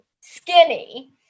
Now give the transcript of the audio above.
skinny